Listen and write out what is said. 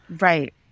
Right